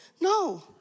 No